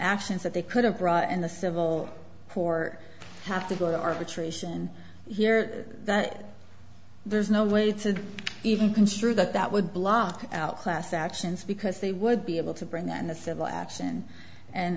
actions that they could have brought in the civil court have to go to arbitration here that there's no way to even construe that that would block out class actions because they would be able to bring that in a civil action and